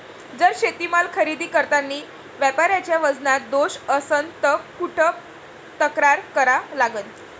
जर शेतीमाल खरेदी करतांनी व्यापाऱ्याच्या वजनात दोष असन त कुठ तक्रार करा लागन?